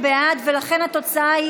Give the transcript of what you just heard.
בעד, 23,